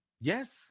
Yes